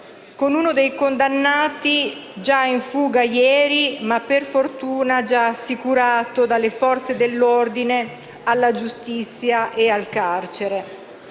con uno dei condannati già in fuga ieri, ma per fortuna assicurato dalle Forze dell'ordine alla giustizia e al carcere.